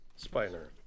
spiner